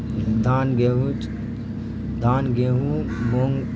دھان گیہوں دھان گیہوں مونگ